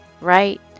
Right